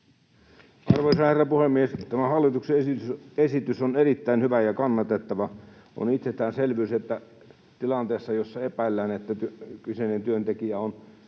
Arvoisa herra puhemies! Tämä hallituksen esitys on erittäin hyvä ja kannatettava. On itsestäänselvyys, että tilanteessa, jossa epäillään, että kyseinen työntekijä on